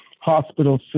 hospital